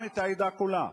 גם את העדה כולה.